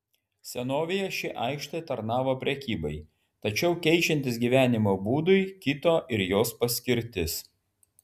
senovėje ši aikštė tarnavo prekybai tačiau keičiantis gyvenimo būdui kito ir jos paskirtis